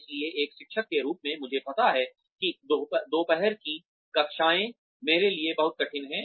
इसलिए एक शिक्षक के रूप में मुझे पता है कि दोपहर की कक्षाएं मेरे लिए बहुत कठिन हैं